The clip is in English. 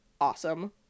awesome